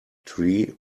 tree